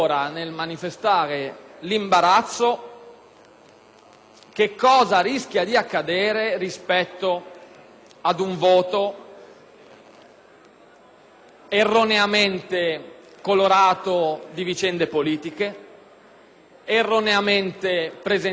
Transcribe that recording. che cosa rischia di accadere in seguito ad un voto erroneamente colorato di connotazioni politiche ed erroneamente presentato come una contrapposizione tra